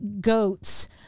goats